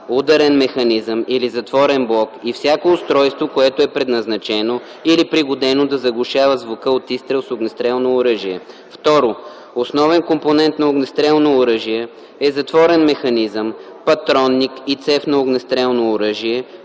ударен механизъм или затворен блок и всяко устройство, което е предназначено или пригодено да заглушава звука от изстрел с огнестрелно оръжие. 2. „Основен компонент на огнестрелно оръжие“ е затворен механизъм, патронник и цев на огнестрелно оръжие,